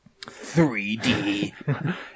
3D